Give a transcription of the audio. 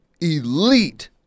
elite